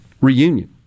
reunion